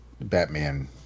Batman